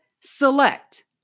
select